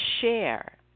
share